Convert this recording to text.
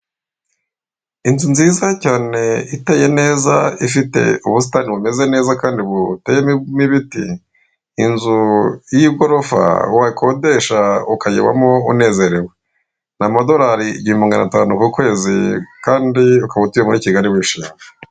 Inzu nziza cyane iteye neza ifite ubusitani bumeze neza kandi buteyemo ibiti, inzu y'igorofa wakodesha ukayibamo unezerewe ni amadorari igihumbi na magana atanu ku kwezi kandi ukaba utuye muri Kigali wishimye.